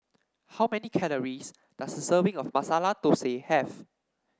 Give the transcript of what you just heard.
how many calories does a serving of Masala Thosai have